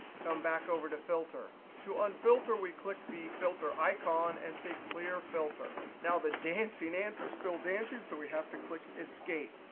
come back over to filter. to unfilter, we click the filter icon and say clear filter. now the dancing ants are still dancing, so we have to click escape.